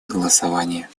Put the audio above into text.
голосования